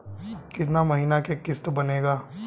कितना महीना के किस्त बनेगा?